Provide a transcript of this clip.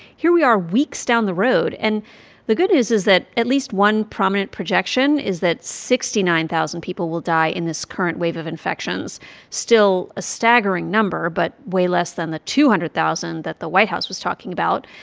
here we are weeks down the road, and the good news is that at least one prominent projection is that sixty nine thousand people will die in this current wave of infections still a staggering number, but way less than the two hundred thousand that the white house was talking about.